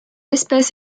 espèce